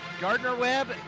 Gardner-Webb